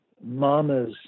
mama's